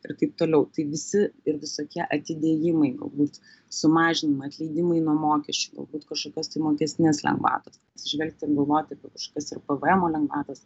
ir taip toliau tai visi ir visokie atidėjimai galbūt sumažinimai atleidimai nuo mokesčių galbūt kažkokios tai mokestinės lengvatos atsižvelgti ir galvoti apie kažkokias ir pvmo lengvatas